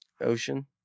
Ocean